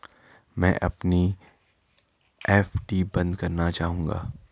मैं अपनी एफ.डी बंद करना चाहूंगा